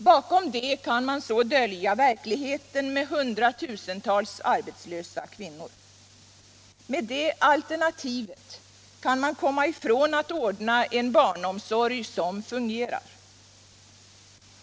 Bakom det kan man så dölja verkligheten med hundratusentals arbetslösa kvinnor. Med det ”alternativet” kan man komma ifrån att ordna en barnomsorg som fungerar.